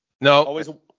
No